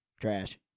Trash